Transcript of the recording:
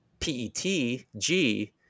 PETG